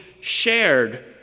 shared